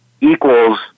equals